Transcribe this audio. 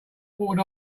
would